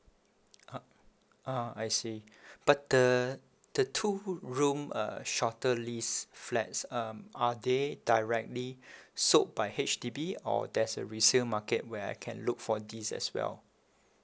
uh uh I see but the the two room uh shorter lease flats um are they directly sold by H_D_B or there's a resale market where I can look for this as well